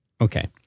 Okay